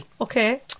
okay